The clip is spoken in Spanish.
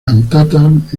cantatas